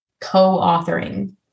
co-authoring